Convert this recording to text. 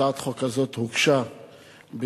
הצעת חוק כזאת הוגשה ביוזמתם